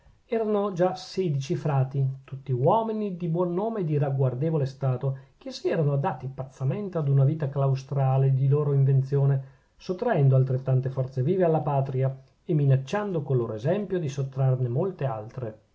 erano già sedici frati tutti uomini di buon nome e di ragguardevole stato che si erano dati pazzamente ad una vita claustrale di loro invenzione sottraendo altrettante forze vive alla patria e minacciando col loro esempio di sottrarne molte altre